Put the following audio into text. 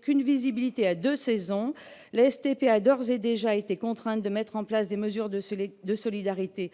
qu'une visibilité à deux saisons, l'ASTP a d'ores et déjà été contrainte de mettre en place des mesures de solidarité